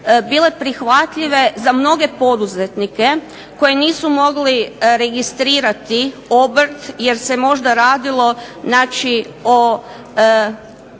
bile prihvatljive za mnoge poduzetnike koji nisu mogli registrirati obrt jer se možda radilo o